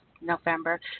November